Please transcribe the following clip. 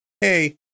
hey